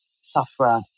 sufferer